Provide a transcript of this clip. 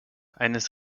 eines